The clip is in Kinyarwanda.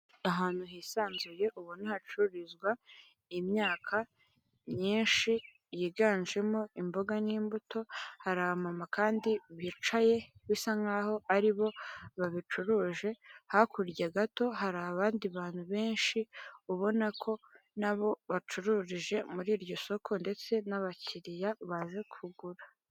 Ahantu hisanzuye ubona hacururizwa imyaka myinshi yiganjemo imboga n'imbuto hari abamama kandi bicaye bisa nkaho ari bo babicuruje ,hakurya gato hari abandi bantu benshi ubona ko nabo bacururije muri iryo soko ndetse n'abakiriya baje kugura .